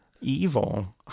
evil